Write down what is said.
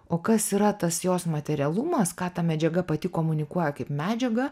o kas yra tas jos materialumas ką ta medžiaga pati komunikuoja kaip medžiaga